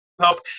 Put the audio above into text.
help